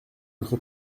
votre